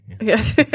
yes